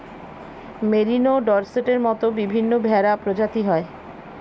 merino, ডর্সেটের মত বিভিন্ন ভেড়া প্রজাতি হয়